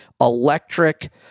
Electric